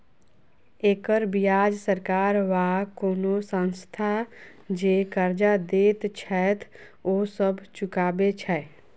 एकर बियाज सरकार वा कुनु संस्था जे कर्जा देत छैथ ओ सब चुकाबे छै